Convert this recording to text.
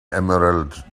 emerald